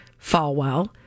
Falwell